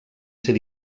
ser